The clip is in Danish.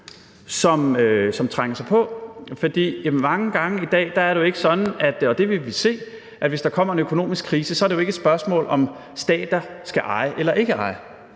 som trængte sig på, for i dag er det jo mange gange ikke sådan – og det vil vi se – at det, hvis der kommer en økonomisk krise, så er et spørgsmål om, om stater skal eje eller ikke eje.